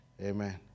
amen